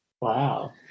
Wow